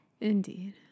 Indeed